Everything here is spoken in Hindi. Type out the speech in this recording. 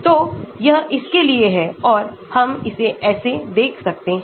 तो यह इसके लिए है और हम इसे ऐसे देख सकते हैं